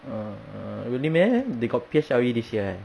uh uh really meh they got P_S_L_E this year eh